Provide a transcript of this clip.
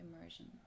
immersion